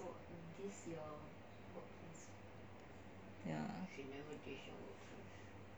ya